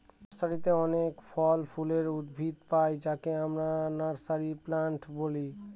নার্সারিতে অনেক ফল ফুলের উদ্ভিদ পাই যাকে আমরা নার্সারি প্লান্ট বলি